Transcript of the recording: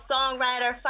Songwriter